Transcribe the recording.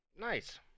nice